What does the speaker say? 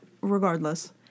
Regardless